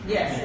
Yes